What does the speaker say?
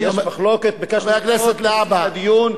יש מחלוקת, ביקשנו לראות כבסיס לדיון.